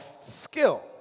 skill